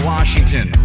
Washington